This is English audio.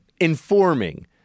informing